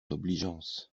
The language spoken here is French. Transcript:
obligeance